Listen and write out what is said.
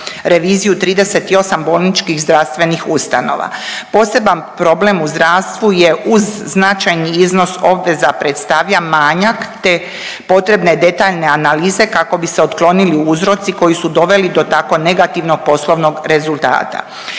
reviziju 38 bolničkih zdravstvenih ustanova. Poseban problem u zdravstvu je uz značajni iznos obveza predstavlja manjak te potrebne detaljne analize kako bi se otklonili uzroci koji su doveli do tako negativnog poslovnog rezultata,